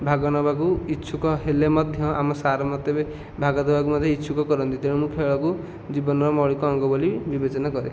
ଭାଗ ନେବାକୁ ଇଛୁକ ହେଲେ ମଧ୍ୟ ଆମ ସାର୍ ମୋତେ ଭାଗ ଦେବାକୁ ମଧ୍ୟ ଇଛୁକ କରନ୍ତି ତେଣୁ ଖେଳକୁ ଜୀବନର ମୌଳିକ ଅଙ୍ଗ ବୋଲି ମୁଁ ବିବେଚନା କରେ